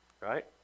Right